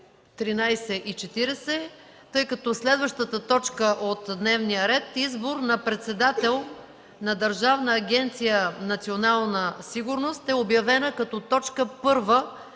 защото следващата точка от дневния ред е: Избор на председател на Държавна агенция „Национална сигурност”. Обявена е като точка първа